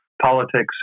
politics